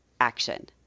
action